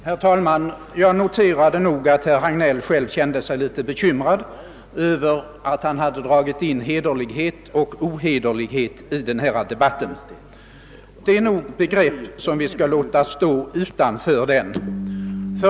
Herr talman! Jag noterade att herr Hagnell själv kände sig litet bekymrad över att han hade dragit in hederlighet och ohederlighet i denna debatt. Det är begrepp som vi nog skall låta stå utanför den.